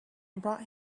brought